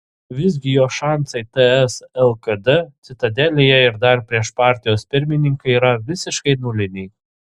visgi jos šansai ts lkd citadelėje ir dar prieš partijos pirmininką yra visiškai nuliniai